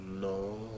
No